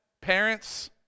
parents